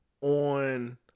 on